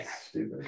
stupid